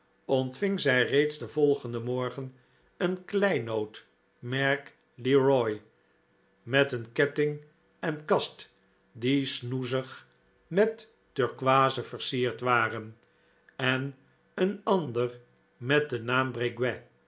ontving zij reeds den volgenden morgen een kleinood merk leroy met een ketting en kast die snoezig met turkooizen versierd waren en een ander met den naam